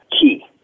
key